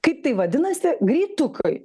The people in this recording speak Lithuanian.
kaip tai vadinasi greitukai